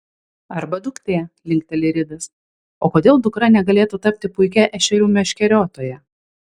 arba duktė linkteli ridas o kodėl dukra negalėtų tapti puikia ešerių meškeriotoja